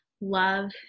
love